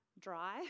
dry